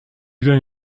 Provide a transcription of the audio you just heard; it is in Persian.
داری